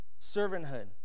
servanthood